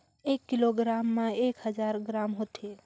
एक किलोग्राम म एक हजार ग्राम होथे